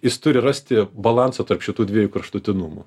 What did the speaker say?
jis turi rasti balansą tarp šitų dviejų kraštutinumų